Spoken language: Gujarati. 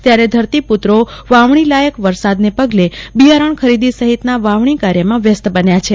ત્યારે ધરતીપુત્રો વાવણીલાયક વરસાદને પગલે બિયારણ ખરીદી સહિતના વાવણીકાર્યમાં વ્યસ્ત બન્યા છે